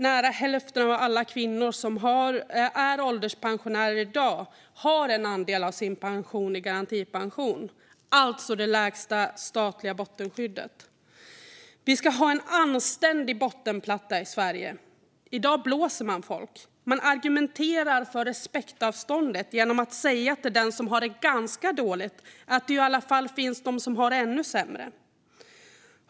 Nära hälften av alla kvinnor som i dag är ålderspensionärer har garantipension som en andel av sin pension, det vill säga det lägsta statliga bottenskyddet. Vi ska ha en anständig bottenplatta i Sverige. I dag blåser man folk. Man argumenterar för respektavståndet genom att säga till den som har det ganska dåligt att det ju i alla fall finns de som har det ännu sämre.